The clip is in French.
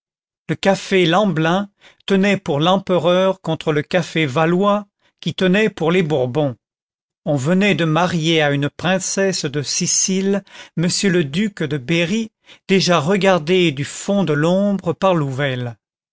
le café lemblin tenait pour l'empereur contre le café valois qui tenait pour les bourbons on venait de marier à une princesse de sicile m le duc de berry déjà regardé du fond de l'ombre par louvel